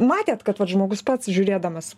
matėt kad vat žmogus pats žiūrėdamas